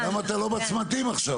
יש הרבה הכנסות ואין מספיק הוצאות,